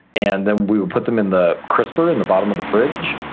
and then we would put them in the crisper in the bottom of the fridge.